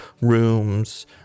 rooms